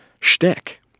shtick